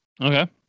Okay